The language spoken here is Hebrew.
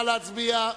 נא להצביע.